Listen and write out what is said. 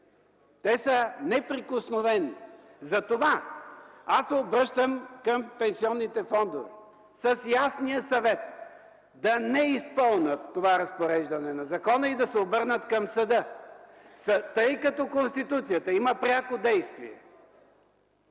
Те са неприкосновени. Обръщам се към пенсионните фондове с ясния съвет: да не използват това разпореждане на закона и да се обърнат към съда, тъй като Конституцията има пряко действие.